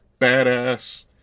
badass